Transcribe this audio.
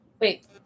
Wait